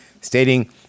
stating